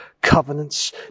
covenants